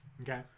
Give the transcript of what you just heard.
Okay